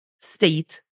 state